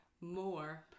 more